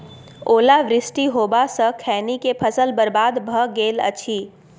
ओला वृष्टी होबा स खैनी के फसल बर्बाद भ गेल अछि?